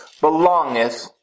belongeth